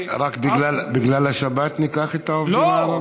רק בגלל השבת ניקח את העובדים הערבים?